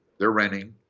they're renting.